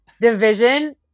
division